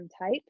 type